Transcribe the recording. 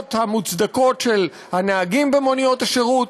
לתביעות המוצדקות של הנהגים במוניות השירות,